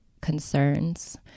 concerns